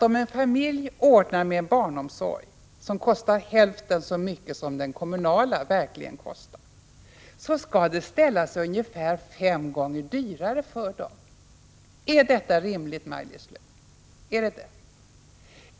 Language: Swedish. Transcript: Om en familj ordnar med barnomsorg som kostar hälften så mycket som den kommunala, är det då rimligt att det skall ställa sig ungefär fem gånger dyrare för denna familj, Maj-Lis Lööw?